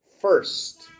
first